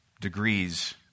degrees